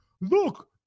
Look